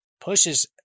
pushes